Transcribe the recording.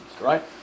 right